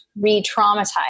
re-traumatize